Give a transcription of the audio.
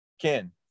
Ken